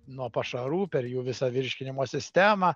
nuo pašarų per jų visą virškinimo sistemą